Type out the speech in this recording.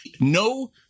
No